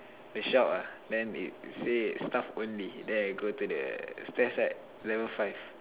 the shop ah then it said staff only then I go to the stairs side level five